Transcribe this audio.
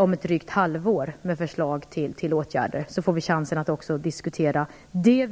om drygt ett halvår i en proposition innehållande förslag till åtgärder. Då får vi en chans att ytterligare diskutera detta.